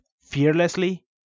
fearlessly